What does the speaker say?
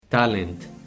talent